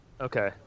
Okay